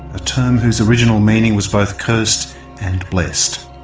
a term whose original meaning was both cursed and blessed.